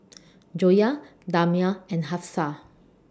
Joyah Damia and Hafsa